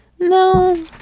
No